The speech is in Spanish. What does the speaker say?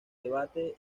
debate